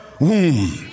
womb